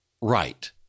right